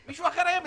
מישהו אחר היה מדבר.